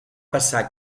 passar